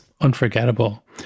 unforgettable